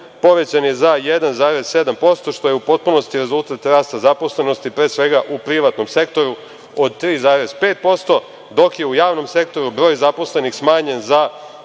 povećan je za 1,7%, što je u potpunosti rezultat rasta zaposlenosti, pre svega u privatnom sektoru od 3,5%, dok je u javnom sektoru broj zaposlenih smanjen za